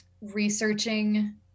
researching